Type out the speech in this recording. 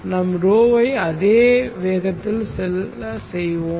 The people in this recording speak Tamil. நாம் 𝜌 ஐ அதே வேகத்தில் செல்ல செய்வோம்